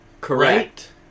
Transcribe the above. Correct